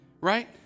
right